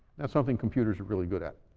that's something computers are really good at.